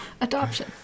Adoption